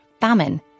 famine